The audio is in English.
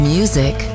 Music